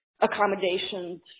accommodations